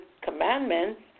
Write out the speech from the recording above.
commandments